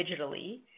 digitally